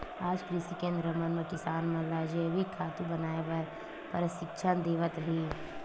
आज कृषि केंद्र मन म किसान मन ल जइविक खातू बनाए बर परसिक्छन देवत हे